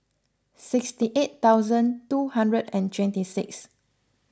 sixty eight thousand two hundred and twenty six